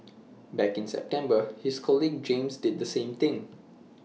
back in September his colleague James did the same thing